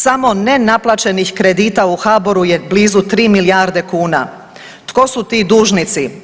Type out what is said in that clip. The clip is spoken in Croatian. Samo ne naplaćenih kredita u HBOR-u je blizu 3 milijarde kuna, tko su ti dužnici?